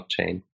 blockchain